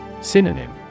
Synonym